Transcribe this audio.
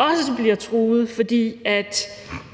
også bliver truet, fordi